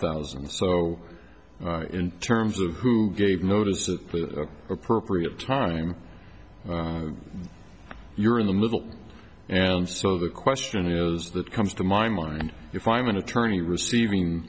thousand so in terms of who gave notice of appropriate time you're in the middle and so the question is that comes to mind and if i'm an attorney receiving